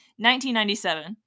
1997